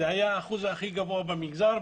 זה היה האחוז הכי גבוה במגזר,